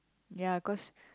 ya cause